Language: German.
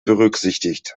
berücksichtigt